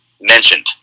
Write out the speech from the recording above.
mentioned